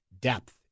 Depth